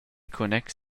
connex